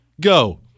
go